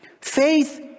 Faith